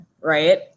Right